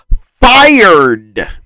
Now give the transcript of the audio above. fired